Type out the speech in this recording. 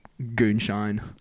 Goonshine